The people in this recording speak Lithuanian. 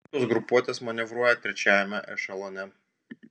kitos grupuotės manevruoja trečiajame ešelone